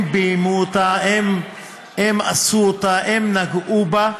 הם ביימו אותה, הם עשו אותה, הם נגעו בה,